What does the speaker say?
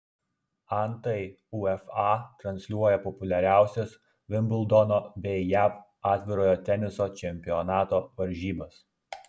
antai ufa transliuoja populiariausias vimbldono bei jav atvirojo teniso čempionato varžybas